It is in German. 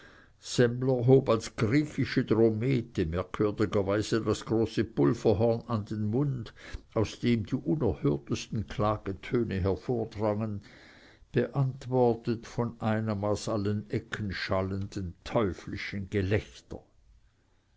semmler hob als griechische drommete merkwürdigerweise das große pulverhorn an den mund aus dem die unerhörtesten klagetöne hervordrangen beantwortet von einem aus allen ecken schallenden teuflischen gelächter